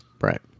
Right